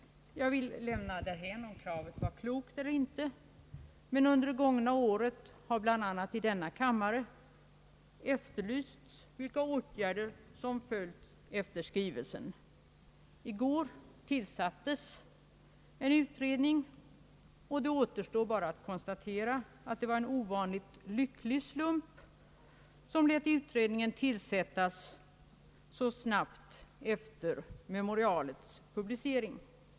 Jag vill lämna därhän om kravet var klokt eller inte, men under det gångna året har bl.a. i denna kammare efterlysts vilka åtgärder som följt efter skrivelsen. I går tillsattes en utredning, och det återstår bara att konsiatera, att det var en ovanligt lycklig slump som lät utredningen tillsättas så snabbt efter memorialets publicering.